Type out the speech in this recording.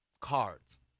cards